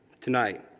tonight